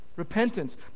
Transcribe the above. Repentance